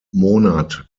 monat